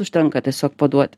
užtenka tiesiog paduot